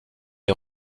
est